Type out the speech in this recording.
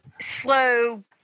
slow